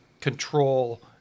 control